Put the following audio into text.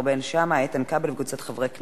כרמל שאמה ואיתן כבל וקבוצת חברי הכנסת.